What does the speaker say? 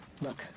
Look